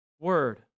Word